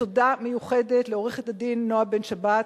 תודה מיוחדת לעורכת הדין נועה בן-שבת,